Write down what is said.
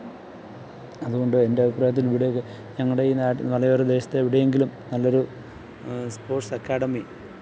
അതുകൊണ്ട് എൻ്റെ അഭിപ്രായത്തിൽ ഇവിടെ ഞങ്ങളുടെ ഈ നാട്ട് മലയോരദേശത്ത് എവിടെയെങ്കിലും നല്ലൊരു സ്പോർട്സ് അക്കാഡമി